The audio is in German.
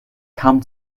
kaum